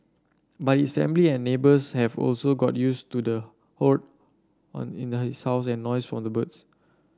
but his family and neighbours have also got used to the hoard on in his house and noise from the birds